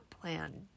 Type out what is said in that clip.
plan